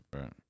Right